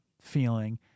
feeling